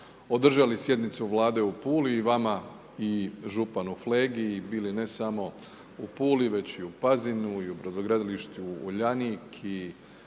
održali sjednicu Vlade u Puli i vama i županu Flegi ili ne samo u Puli, već i u Pazinu, i u brodogradilištu Uljanik